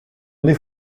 n’est